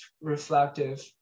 reflective